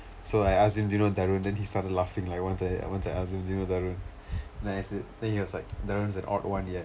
so I ask him do you know tharun then he started laughing like what the heck I wanted to ask do you know tharun then I say then he was like tharun is an odd one ya